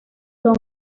son